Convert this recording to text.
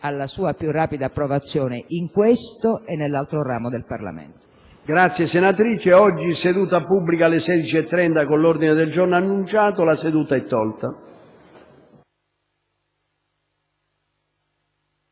alla sua più rapida approvazione, in questo e nell'altro ramo del Parlamento.